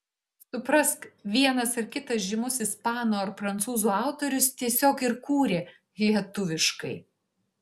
suprask vienas ar kitas žymus ispanų ar prancūzų autorius tiesiog ir kūrė lietuviškai